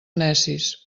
necis